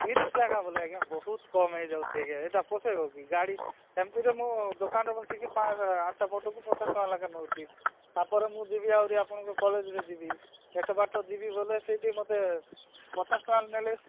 ତିରିଶ ଲେଖା ବୋଲେ ଆଜ୍ଞା ବହୁତ କମ୍ ହେଇଯାଉଛି ଆଜ୍ଞା ଏଇଟା ପୋଷେଇବ କି ଗାଡ଼ି ସେମିତିରେ ମୁଁ ଦୋକାନରେ ବସିକି ପା ଆଠଟା ଫଟୋକୁ ପଚାଶ ଟଙ୍କା ଲେଖା ନେଉଛି ତା'ପରେ ମୁଁ ଯିବି ଆହୁରି ଆପଣଙ୍କ କଲେଜରେ ଯିବି ଏତେ ବାଟ ଯିବି ବୋଲେ ସେଇଠି ମୋତେ ପଚାଶ ଟଙ୍କା ନେଲେ